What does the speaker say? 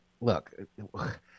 look